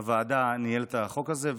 הוועדה ניהל את החוק הזה,